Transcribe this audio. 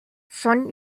son